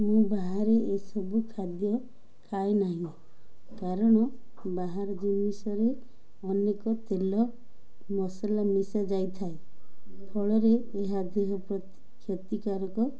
ମୁଁ ବାହାରେ ଏସବୁ ଖାଦ୍ୟ ଖାଏ ନାହିଁ କାରଣ ବାହାର ଜିନିଷରେ ଅନେକ ତେଲ ମସଲା ମିଶାଯାଇଥାଏ ଫଳରେ ଏହା ଦେହ ପ୍ରତି କ୍ଷତିକାରକ